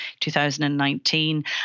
2019